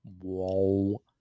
Whoa